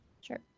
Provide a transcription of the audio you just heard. Sure